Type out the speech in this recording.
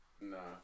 Nah